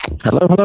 hello